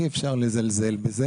אי אפשר לזלזל בזה.